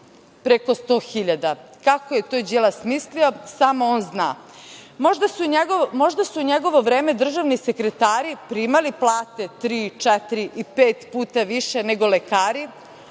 preko 100 hiljada. Kako je to Đilas smislio, samo on zna. Možda su u njegovo vreme državni sekretari primali plate tri, četiri i pet puta više nego lekari.